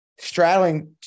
straddling